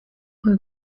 rue